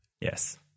yes